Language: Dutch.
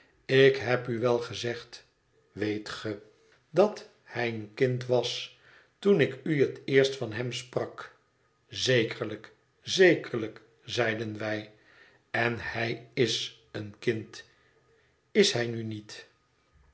ik heb u wel gezegd weet ge dat hij een kind was toen ik u het eerst van hem sprak zekerlijk zekerlijk zeiden wij en hij is een kind is hij nu niet